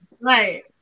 Right